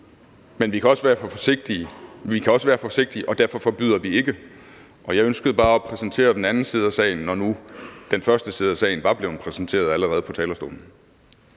men vi kan også være forsigtige og derfor ikke forbyde, og jeg ønskede bare at præsentere den anden side af sagen, når nu den første side af sagen allerede var blevet præsenteret på talerstolen.